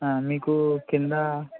మీకు కింద